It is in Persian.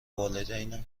والدینم